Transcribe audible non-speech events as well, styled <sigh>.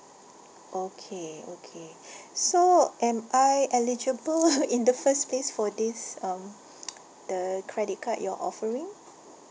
<noise> okay okay so am I eligible <laughs> in the first place for this um <noise> the credit card you're offering